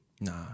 Nah